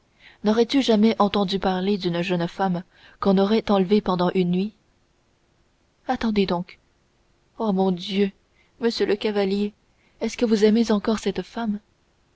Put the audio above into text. n'aurais-tu jamais entendu parler d'une jeune dame qu'on aurait enlevée pendant une nuit attendez donc oh mon dieu monsieur le chevalier est-ce que vous aimez encore cette femme